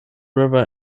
river